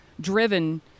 driven